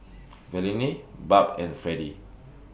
Verlene Barb and Fredie